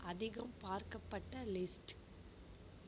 அதிகம் பார்க்கப்பட்ட லிஸ்ட்